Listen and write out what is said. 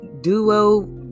duo